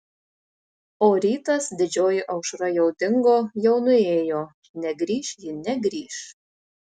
o rytas didžioji aušra jau dingo jau nuėjo negrįš ji negrįš